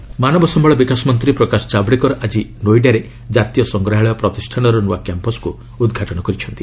ଜାଭେଡ୍କର ମାନବ ସମ୍ଭଳ ବିକାଶ ମନ୍ତ୍ରୀ ପ୍ରକାଶ ଜାଭେଡ୍କର ଆଜି ନୋଇଡାରେ ଜାତୀୟ ସଂଗ୍ରହାଳୟ ପ୍ରତିଷ୍ଠାନର ନୂଆ କ୍ୟାମ୍ପସକୁ ଉଦ୍ଘାଟନ କରିଛନ୍ତି